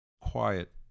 quiet